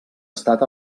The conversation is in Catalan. estat